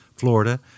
Florida